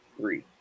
three